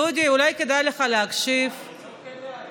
דודי, אולי כדאי לך להקשיב, לא?